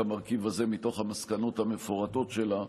המרכיב הזה מתוך המסקנות המפורטות שלה.